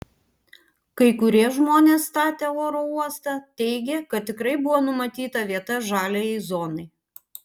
kai kurie žmonės statę oro uostą teigė kad tikrai buvo numatyta vieta žaliajai zonai